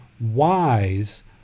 wise